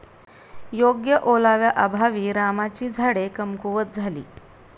योग्य ओलाव्याअभावी रामाची झाडे कमकुवत झाली